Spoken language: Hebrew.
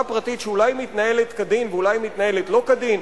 פרטית שאולי מתנהלת כדין ואולי מתנהלת לא כדין,